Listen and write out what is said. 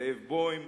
זאב בוים,